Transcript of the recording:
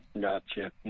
gotcha